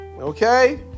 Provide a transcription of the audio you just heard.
Okay